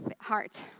heart